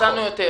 נתנו יותר.